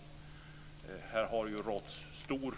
I fråga om detta har det ju rått stor